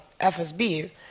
FSB